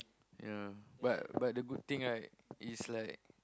you know but but the good thing right is like